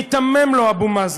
מיתמם לו אבו מאזן,